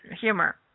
humor